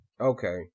Okay